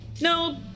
no